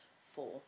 four